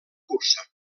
cursa